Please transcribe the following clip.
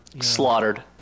Slaughtered